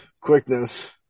quickness